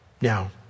Now